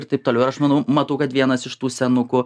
ir taip toliau aš manau matau kad vienas iš tų senukų